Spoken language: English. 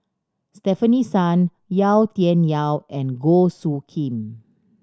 Stefanie Sun Yau Tian Yau and Goh Soo Khim